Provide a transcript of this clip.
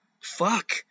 Fuck